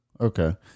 okay